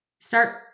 Start